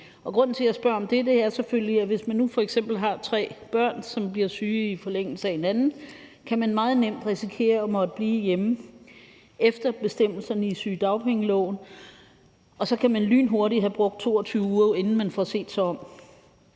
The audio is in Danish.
Grunden til, at jeg spørger om det, er selvfølgelig, at hvis man nu f.eks. har tre børn, som bliver syge i forlængelse af hinanden, kan man meget nemt risikere at måtte blive hjemme efter bestemmelserne i sygedagpengeloven, og så kan man lynhurtigt have brugt 22 uger, inden man får set sig om.